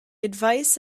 advice